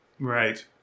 Right